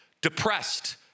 depressed